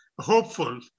hopeful